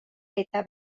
eta